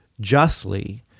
justly